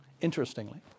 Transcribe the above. interestingly